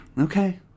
Okay